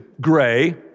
Gray